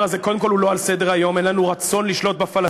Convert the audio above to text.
קודם כול הוא לא על סדר-היום אין לנו רצון לשלוט בפלסטינים,